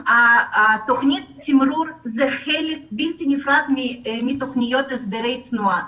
תוכנית התמרור היא חלק בלתי נפרד מתוכניות הסדרי תנועה.